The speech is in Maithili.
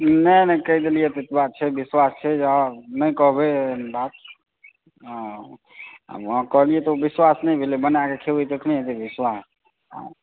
नहि नहि कहि देलियै ने एतबा छै काफी एते विश्वास छै जे हँ नहि कहबै एहन बात हँ अहाँ कहलियै तऽ विश्वास नहि भेलै बनाकऽ कहबै तखने हेतै विश्वास